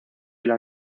las